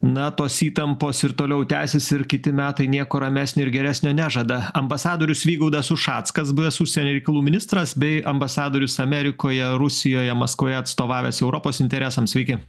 na tos įtampos ir toliau tęsis ir kiti metai nieko ramesnio ir geresnio nežada ambasadorius vygaudas ušackas buvęs užsienio reikalų ministras bei ambasadorius amerikoje rusijoje maskvoje atstovavęs europos interesams sveiki